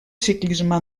ciclisme